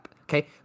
Okay